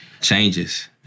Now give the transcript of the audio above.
changes